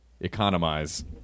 economize